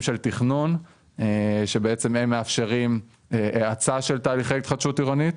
של תכנון שמאפשרים האצה של תהליכי התחדשות עירונית.